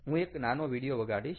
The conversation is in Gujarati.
હું એક નાનો વિડિયો વગાડીશ